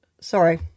sorry